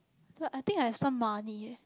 but I think I have some money